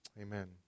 Amen